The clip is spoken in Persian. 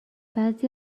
بعضی